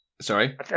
Sorry